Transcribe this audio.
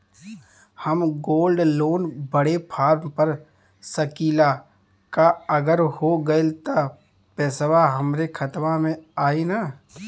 हम gold loan बड़े form भर सकी ला का अगर हो गैल त पेसवा हमरे खतवा में आई ना?